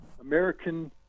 American